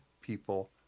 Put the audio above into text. people